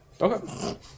Okay